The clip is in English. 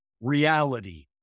reality